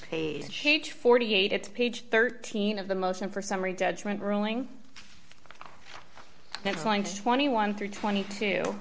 page forty eight it's page thirteen of the motion for summary judgment ruling that's going to twenty one through twenty two